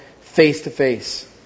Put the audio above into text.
face-to-face